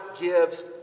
gives